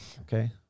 Okay